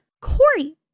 Corey